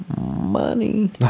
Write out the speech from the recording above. Money